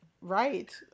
right